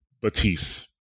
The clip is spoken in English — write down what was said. batiste